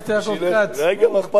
רגע, מה אכפת לך, יש לי עשר דקות.